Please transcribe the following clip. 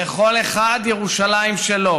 לכל אחד ירושלים שלו.